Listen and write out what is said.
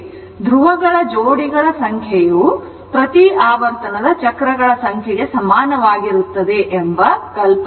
ಧ್ರುವ ಜೋಡಿಗಳ ಸಂಖ್ಯೆಯು ಪ್ರತಿ ಆವರ್ತನದ ಚಕ್ರಗಳ ಸಂಖ್ಯೆಗೆ ಸಮಾನವಾಗಿರುತ್ತದೆ ಎಂಬ ಕಲ್ಪನೆ ಇದು